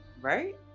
Right